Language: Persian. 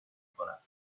کنم